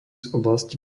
oblasti